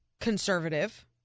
conservative